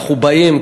אנחנו באים,